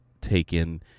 taken